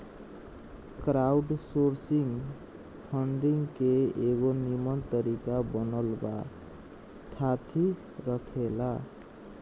crowdsourcing funding के एगो निमन तरीका बनल बा थाती रखेला